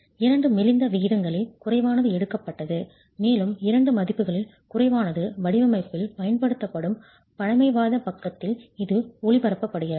இரண்டு மெலிந்த விகிதங்களில் குறைவானது எடுக்கப்பட்டது மேலும் இரண்டு மதிப்புகளில் குறைவானது வடிவமைப்பில் பயன்படுத்தப்படும் பழமைவாத பக்கத்தில் இது ஒளிபரப்பப்படுகிறது